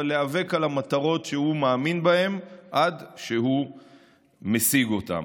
אבל להיאבק על המטרות שהוא מאמין בהן עד שהוא משיג אותן.